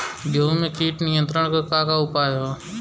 गेहूँ में कीट नियंत्रण क का का उपाय ह?